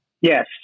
Yes